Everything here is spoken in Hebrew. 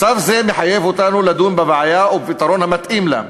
מצב זה מחייב אותנו לדון בבעיה ובפתרון המתאים לה.